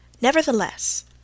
Nevertheless